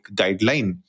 guideline